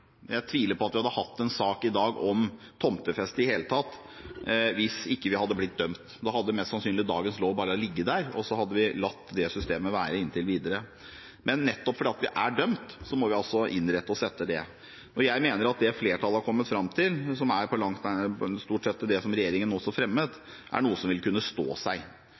Jeg tviler på at vi i det hele tatt hadde hatt en sak i dag om tomtefeste hvis vi ikke hadde blitt dømt. Da hadde mest sannsynlig dagens lov bare ligget der, og så hadde vi latt det systemet være inntil videre. Men nettopp fordi vi er dømt, må vi altså innrette oss etter det. Jeg mener at det flertallet har kommet fram til, som stort sett også er det som regjeringen fremmet, er noe som vil kunne stå seg.